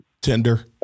tender